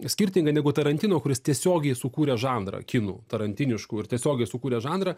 skirtingai negu tarantino kuris tiesiogiai sukūrė žanrą kinų tarantiniškų ir tiesiogiai sukūrė žanrą